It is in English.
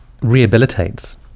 rehabilitates